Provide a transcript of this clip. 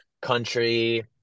country